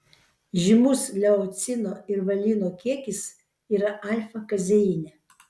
žymus leucino ir valino kiekis yra alfa kazeine